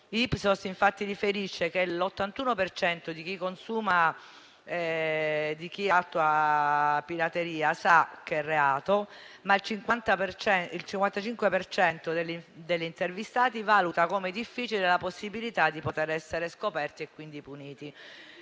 Ipsos infatti riferisce che l'81 per cento di chi attua pirateria sa che è reato, ma il 55 per cento degli intervistati valuta come difficile la possibilità di essere scoperti e quindi puniti.